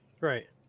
Right